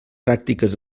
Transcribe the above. pràctiques